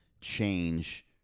change